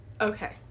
Okay